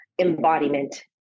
embodiment